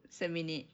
seminit